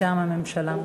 מטעם הממשלה.